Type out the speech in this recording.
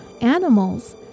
animals